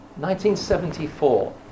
1974